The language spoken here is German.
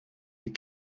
die